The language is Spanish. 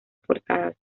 portada